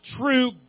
true